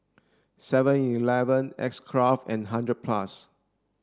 seven eleven X Craft and hundred plus